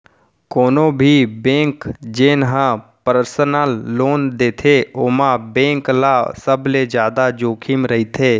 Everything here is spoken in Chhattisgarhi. कोनो भी बेंक जेन ह परसनल लोन देथे ओमा बेंक ल सबले जादा जोखिम रहिथे